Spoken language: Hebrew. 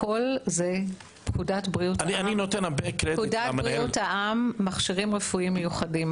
הכול זה פקודת בריאות העם (מכשירים רפואיים מיוחדים).